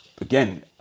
again